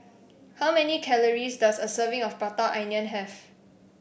how many calories does a serving of Prata Onion have